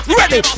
ready